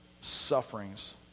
sufferings